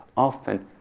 Often